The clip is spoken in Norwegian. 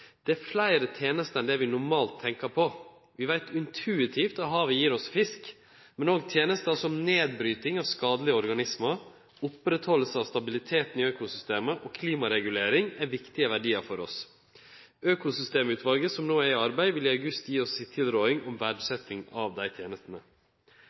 Det er fleire tenester enn det vi normalt tenkjer på. Vi veit intuitivt at havet gir oss fisk, men òg tenester som nedbryting av skadelege organismar, oppretthalding av stabiliteten i økosystemet og klimaregulering er viktige verdiar for oss. Økosystemutvalet, som no er i arbeid, vil i august gi oss si tilråding om